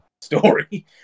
story